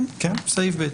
כן, סעיף ב.